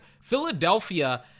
Philadelphia